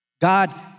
God